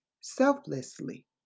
selflessly